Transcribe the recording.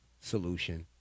solution